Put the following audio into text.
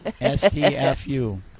S-T-F-U